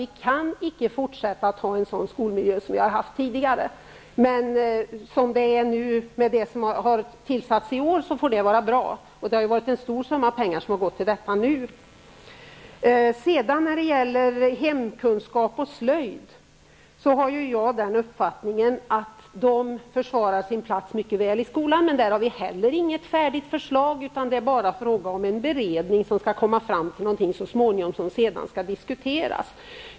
Vi kan inte fortsätta att ha en sådan skolmiljö som vi har haft tidigare. Sedan får det räcka med de insatser som har gjorts i år. Det är ju en stor summa pengar som har avsatts. Beträffande hemkunskap och slöjd anser jag att dessa ämnen mycket väl försvarar sin plats i skolan, men inte heller på detta område finns det något färdigt förslag. Det sitter en beredning som så småningom skall komma fram till någonting som sedan skall diskuteras.